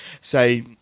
say